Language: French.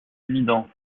évident